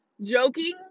Joking